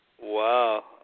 Wow